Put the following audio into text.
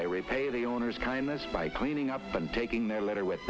way pay the owners kindness by cleaning up and taking their litter with